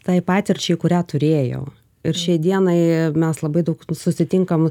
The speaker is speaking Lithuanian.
tai patirčiai kurią turėjau ir šiai dienai mes labai daug susitinkam